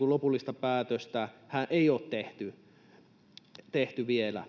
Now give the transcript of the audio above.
lopullista päätöstähän tästä ei ole vielä